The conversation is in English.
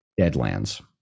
Deadlands